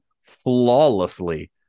flawlessly